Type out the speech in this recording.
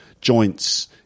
joints